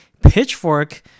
Pitchfork